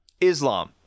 Islam